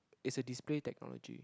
is a display technology